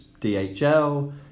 DHL